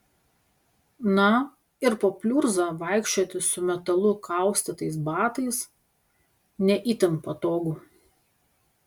na ir po pliurzą vaikščioti su metalu kaustytais batais ne itin patogu